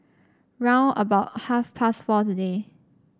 round about half past four today